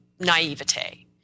naivete